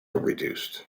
reduced